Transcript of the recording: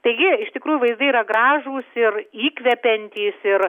taigi iš tikrųjų vaizdai yra gražūs ir įkvepiantys ir